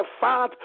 fat